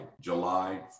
July